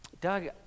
Doug